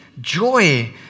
joy